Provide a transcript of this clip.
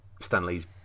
Stanley's